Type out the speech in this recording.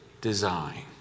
design